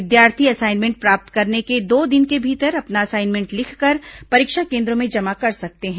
विद्यार्थी असाइनमेंट प्राप्त करने के दो दिन के भीतर अपना असाइनमेंट लिखकर परीक्षा केन्द्रों में जमा कर सकते हैं